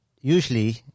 usually